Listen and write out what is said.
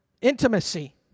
Intimacy